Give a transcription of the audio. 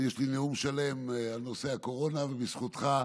אני, יש לי נאום שלם על נושא הקורונה, ובזכותך,